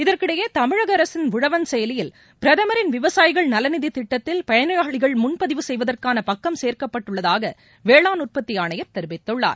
இதற்கிடையே தமிழகஅரசின் உழவள் செயலியில் பிரதமரின் விவசாயிகள் நலநிதிட்டத்தில் பயனாளிகள் முன்பதிவு செய்வதற்கானபக்கம் சேர்க்கப்பட்டுள்ளதாகவேளாண் உற்பத்திஆணையர் தெரிவித்துள்ளார்